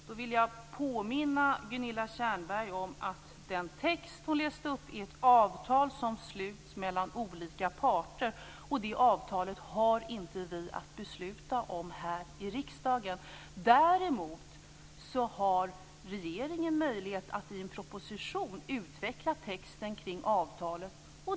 Fru talman! Jag vill påminna Gunilla Tjernberg om att den text hon läste upp är ett avtal som sluts mellan olika parter, och det avtalet har inte vi att besluta om här i riksdagen. Däremot har regeringen möjlighet att i en proposition utveckla texten kring avtalet.